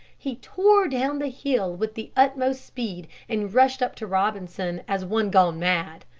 he tore down the hill with the utmost speed and rushed up to robinson as one gone mad.